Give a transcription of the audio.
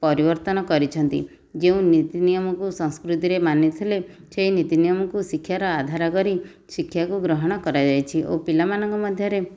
ପରିବର୍ତ୍ତନ କରିଛନ୍ତି ଯେଉଁ ନିତିନିୟମକୁ ସଂସ୍କୃତିରେ ମାନିଥିଲେ ସେ ନିତି ନିୟମକୁ ଶିକ୍ଷାର ଆଧାର କରି ଶିକ୍ଷାକୁ ଗ୍ରହଣ କରାଯାଇଛି ଓ ପିଲାମାନଙ୍କ ମଧ୍ୟରେ